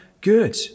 good